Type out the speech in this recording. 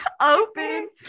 open